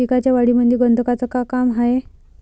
पिकाच्या वाढीमंदी गंधकाचं का काम हाये?